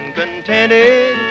contented